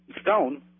stone